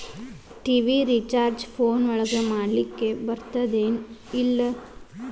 TV recharge phone ಒಳಗ ಮಾಡ್ಲಿಕ್ ಬರ್ತಾದ ಏನ್ ಇಲ್ಲ?